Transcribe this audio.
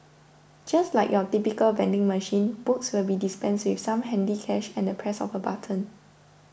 just like your typical vending machine books will be dispensed with some handy cash and the press of button